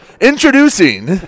Introducing